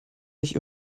nicht